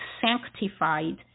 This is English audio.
sanctified